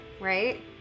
right